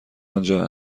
آنجا